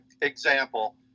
example